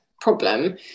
problem